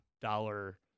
dollar